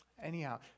Anyhow